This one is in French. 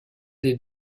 des